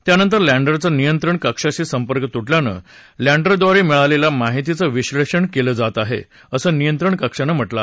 त्यानंतर लँडरचा नियंत्रण कक्षाशी संपर्क तुटल्यानं लँडरद्वारे मिळालेल्या माहितीचं विश्लेषण केलं जात आहे असं नियंत्रण कक्षानं म्हटलं आहे